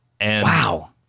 Wow